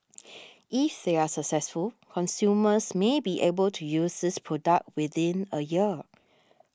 is they are successful consumers may be able to use this product within a year